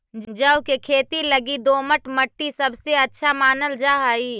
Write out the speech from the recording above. जौ के खेती लगी दोमट मट्टी सबसे अच्छा मानल जा हई